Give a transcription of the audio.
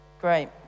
Great